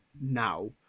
now